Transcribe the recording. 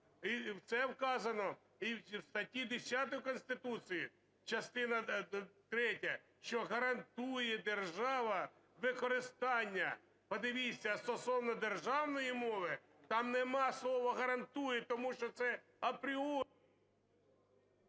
і це вказано і в статті 10 Конституції, частина третя, що гарантує держава використання, подивіться, стосовно державної мови там нема слова гарантує, тому що це апріорі…